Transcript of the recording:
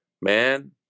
Man